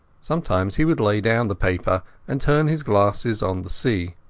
sometimes he would lay down the paper and turn his glasses on the sea.